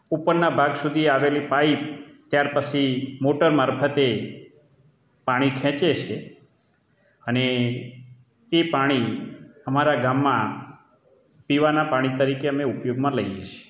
ઉપરના ભાગ સુધી આવેલી પાઈપ ત્યાર પછી મોટર મારફતે પાણી ખેંચે છે અને એ પાણી અમારા ગામમાં પીવાના પાણી તરીકે અમે ઉપયોગમાં લઈએ છીએ